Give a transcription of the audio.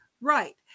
right